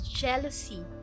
jealousy